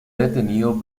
detenido